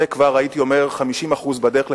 זה כבר, הייתי אומר, 50% בדרך לפתרון.